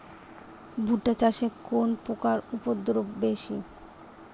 ভুট্টা চাষে কোন পোকার উপদ্রব বেশি?